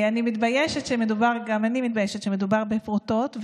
גם אני מתביישת שמדובר בפרוטות,